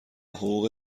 حقوق